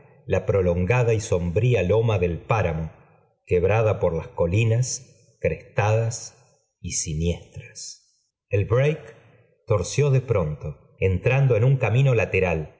la prolongada y sombría loma del páramo quebrada por las colinas crestadas y siniestras el break torció de pronto entrando en un camino lateral